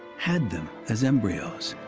had them as embryos.